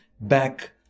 back